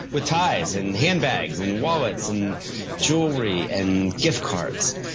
with ties and handbags and wallets and jewelry and gift cards.